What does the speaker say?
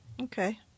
Okay